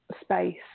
space